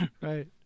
right